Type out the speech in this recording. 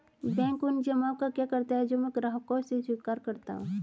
Bank उन जमाव का क्या करता है जो मैं ग्राहकों से स्वीकार करता हूँ?